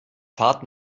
fahrt